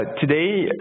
Today